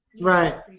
Right